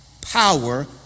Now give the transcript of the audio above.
Power